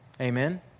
Amen